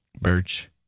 Birch